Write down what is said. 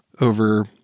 over